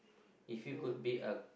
if it could be a